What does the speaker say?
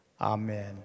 Amen